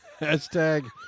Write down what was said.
Hashtag